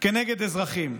כנגד אזרחים.